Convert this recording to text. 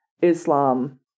Islam